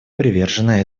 привержена